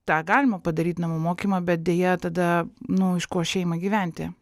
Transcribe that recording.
tą galima padaryt namų mokymą bet deja tada nu kuo šeimai gyventi